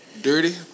Dirty